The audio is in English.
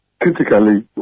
critically